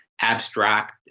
abstract